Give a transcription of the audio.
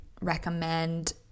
recommend